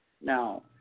No